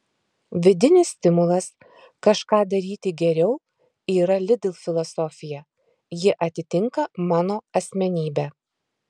vidinis stimulas kažką daryti geriau yra lidl filosofija ji atitinka mano asmenybę